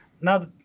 Now